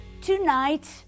tonight